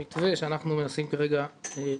המתווה, שאנחנו מנסים כרגע לקדם.